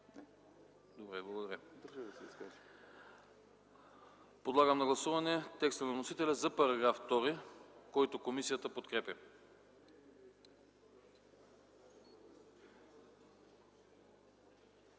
Благодаря. Подлагам на гласуване текста на вносителя за § 2, който комисията подкрепя.